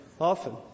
often